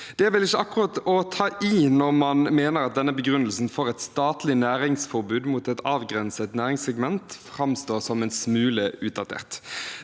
Det er vel ikke akkurat å ta i når man mener at denne begrunnelsen for et statlig næringsforbud mot et avgrenset næringssegment framstår som en smule utdatert.